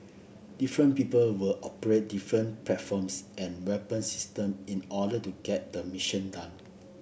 different people will operate different platforms and weapon system in order to get the mission done